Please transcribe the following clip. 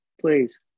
please